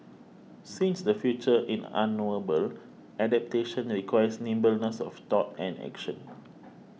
since the future in unknowable adaptation and requires nimbleness of thought and action